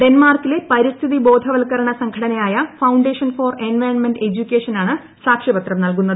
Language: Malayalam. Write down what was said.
ഡെൻമാർക്കിലെ പരിസ്ഥിതി ബോധവൽക്കരണ സംഘടനയായ ഫൌണ്ടേഷൻ ഫോർ എൻവയോൺമെന്റ് എജ്യൂക്കേഷനാണ് സാക്ഷ്യപത്രം നൽകുന്നത്